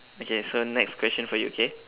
okay so next question for you okay